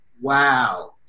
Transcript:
Wow